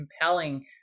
compelling